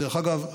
דרך אגב,